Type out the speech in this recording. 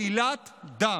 עלילת דם.